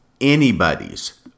anybody's